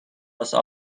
واسه